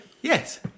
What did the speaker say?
Yes